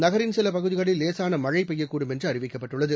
நகரின் சில பகுதிகளில் லேசான மழை பெய்யக்கூடும் என்று அறிவிக்கப்பட்டுள்ளது